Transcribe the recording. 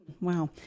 Wow